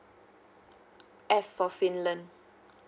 F for finland